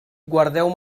guardeu